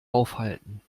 aufhalten